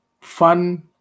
fun